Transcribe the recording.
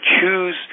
choose